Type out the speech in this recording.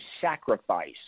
sacrifice